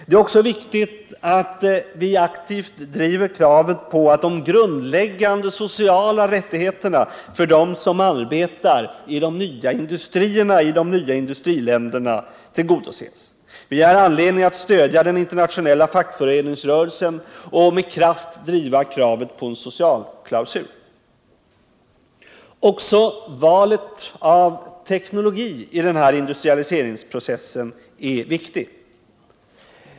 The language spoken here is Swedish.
Det är också viktigt att vi aktivt driver kravet på att ge de grundläggande sociala rättigheterna åt dem som arbetar i de nya industrierna i de nya industriländerna. Vi har anledning att stödja den internationella fackföreningsrörelsen och med kraft driva kravet på en socialklausul. Också valet av teknologi i den här industrialiseringsprocessen är viktigt.